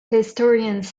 historians